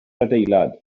adeilad